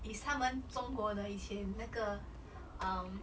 is 他们中国的以前那个 um